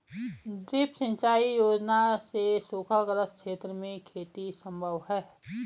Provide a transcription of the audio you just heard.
drip सिंचाई योजना से सूखाग्रस्त क्षेत्र में खेती सम्भव है